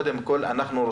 קודם כל אנחנו,